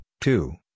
two